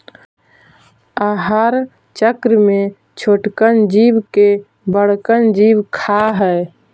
आहार चक्र में छोटकन जीव के बड़कन जीव खा हई